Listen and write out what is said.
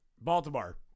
Baltimore